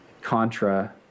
contra